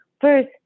first